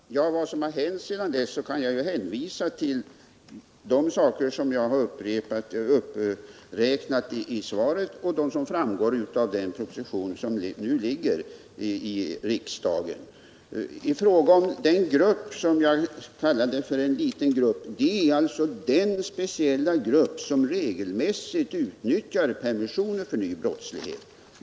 Herr talman! I fråga om vad som hänt sedan dess kan jag hänvisa till de åtgärder som jag har räknat upp i svaret och de som föreslås i den proposition som nu ligger hos riksdagen. Den grupp som jag kallade för en liten grupp är den speciella grupp som regelmässigt utnyttjar permissioner för ny brottslighet.